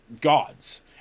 gods